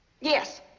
Yes